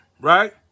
right